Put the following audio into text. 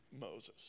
Moses